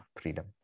freedom